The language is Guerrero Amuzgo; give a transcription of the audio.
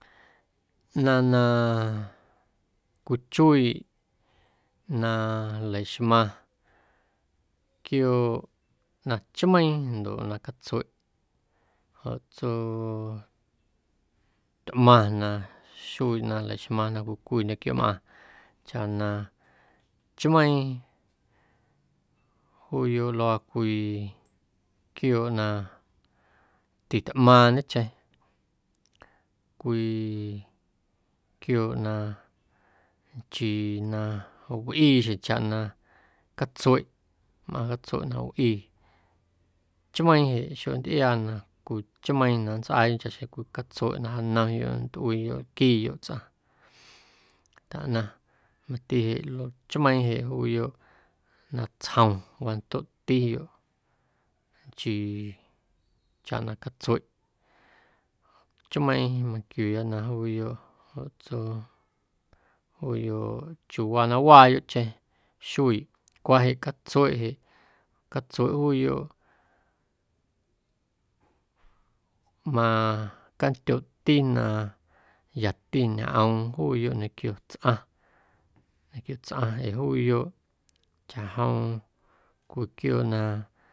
Ꞌnaⁿ na cwichuiiꞌ na nleixmaⁿ quiooꞌ na chmeiiⁿ ndoꞌ na catsueꞌ joꞌ tsuu tꞌmaⁿ na xuiiꞌ na laxmaⁿ na cwii cwii quiooꞌmꞌaⁿ chaꞌ na chmeiiⁿ juuyoꞌ luaa cwii quiooꞌ na titꞌmaaⁿcheⁿ cwii quiooꞌ na nchii na wꞌii xjeⁿchaꞌ na catsueꞌ mꞌaaⁿ catsueꞌ na wꞌii, chmeiiⁿ jeꞌ xontꞌiaa na cwii chmeiiⁿ na nntsꞌaayoꞌ chaꞌxjeⁿ cwii catsueꞌ na janomyoꞌ na nntꞌuiiyoꞌ, aaquiiyoꞌ tsꞌaⁿ taꞌnaⁿ mati jeꞌ chmeiiⁿ jeꞌ juuyoꞌ natsjom wandoꞌtiyoꞌ nchii chaꞌ na catsueꞌ chmeiiⁿ manquiuuya na juuyoꞌ joꞌ tsuu juuyoꞌ chiuuwaa na waayoꞌcheⁿ xuiiꞌ cwa jeꞌ catsueꞌ jeꞌ catsueꞌ juuyoꞌ macandyooꞌti na yati ñꞌoom juuyoꞌ ñequio tsꞌaⁿ ñequio tsꞌaⁿ ee juuyoꞌ chaꞌjom cwii quiooꞌ na.